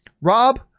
Rob